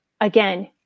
again